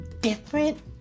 different